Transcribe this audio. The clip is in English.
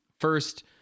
first